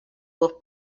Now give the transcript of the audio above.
wolf